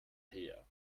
her